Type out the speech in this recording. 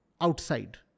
outside